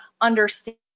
understand